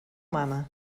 mama